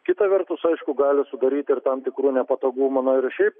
kita vertus aišku gali sudaryti ir tam tikrų nepatogumų na ir šiaip